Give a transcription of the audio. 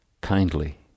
kindly